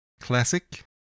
classic